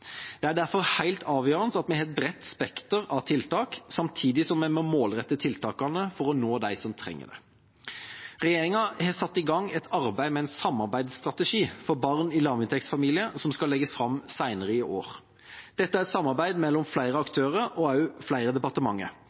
Det er derfor helt avgjørende at vi har et bredt spekter av tiltak samtidig som vi må målrette tiltakene for å nå dem som trenger det. Regjeringa har satt i gang et arbeid med en samarbeidsstrategi for barn i lavinntektsfamilier som skal legges fram senere i år. Dette er et samarbeid mellom flere aktører og også flere